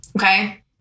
Okay